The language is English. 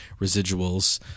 residuals